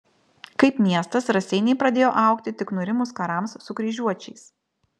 kaip miestas raseiniai pradėjo augti tik nurimus karams su kryžiuočiais